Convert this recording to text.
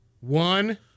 one